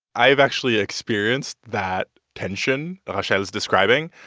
i've actually experienced that tension rachel's describing.